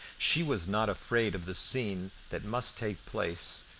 she was not afraid of the scene that must take place,